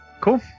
Cool